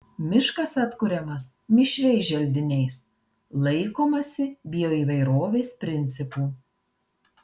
miškas atkuriamas mišriais želdiniais laikomasi bioįvairovės principų